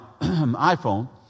iPhone